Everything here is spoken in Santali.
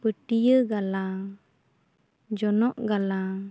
ᱯᱟᱹᱴᱭᱟᱹ ᱜᱟᱞᱟᱝ ᱡᱚᱱᱚᱜ ᱜᱟᱞᱟᱝ